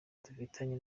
dufitanye